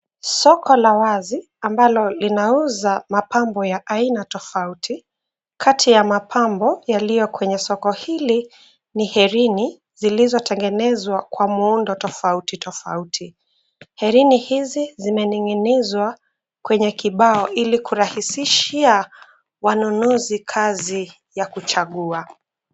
Soko la wazi ambalo linauza mapambo ya aina tofauti. Kati ya mapambo yalio kwenye soko hili ni herini zilizwo tengenezwa kwa muundo tofautitofauti. Herini hizi zimening'inizwa kwenye kibao ili kurahisishia wanunuzi kazi ya kuchagua.